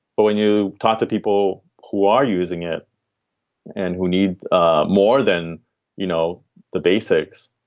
but when you talk to people who are using it and who need ah more than you know the basics,